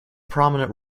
prominent